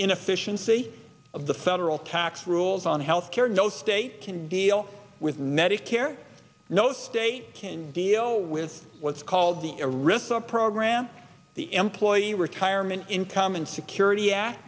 inefficiency of the federal tax rules on health care no state can deal with medicare no state can deal with what's called the a risk the program the employee retirement income and security act